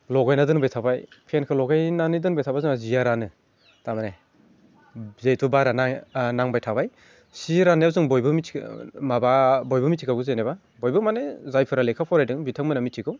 लगायना दोनबाय थाबाय फेनखो लगायनानै दोनबाय जाहा जिया रानो थारमाने जिहेतु बारआ नांबाय थाबाय जि राननायाव जों बयबो मिथियो माबा बयबो मिथिखागौ जेनेबा बयबो माने जायफोरा लेखा फरायदों बिथांमोना मिथिगौ